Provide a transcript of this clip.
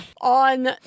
on